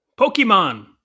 Pokemon